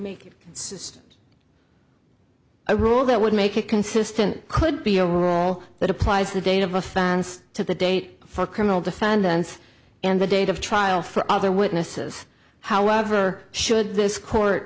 i rule that would make it consistent could be a rule that applies the date of offense to the date for criminal defendants and the date of trial for other witnesses however should this court